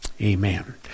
Amen